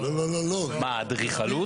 לא לא, אם יהיו לי שאלות.